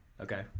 Okay